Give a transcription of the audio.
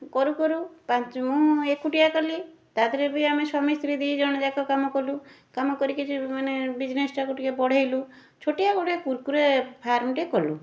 କରୁ କରୁ ପାଞ୍ଚ ମୁଁ ଏକୁଟିଆ କଲି ତା' ଦେହର ବି ଆମେ ସ୍ୱାମୀ ସ୍ତ୍ରୀ ଦୁଇଜଣଯାକ କାମ କଲୁ କାମ କରି କିଛି ମାନେ ବିଜନେସଟାକୁ ଟିକିଏ ବଢ଼େଇଲୁ ଛୋଟିଆ ଗୋଟେ କୁରକୁରେ ଫାର୍ମଟେ କଲୁ